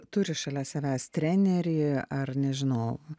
turi šalia savęs trenerį ar nežinau